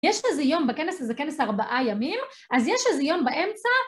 יש איזה יום בכנס, זה כנס ארבעה ימים, אז יש איזה יום באמצע...